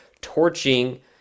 torching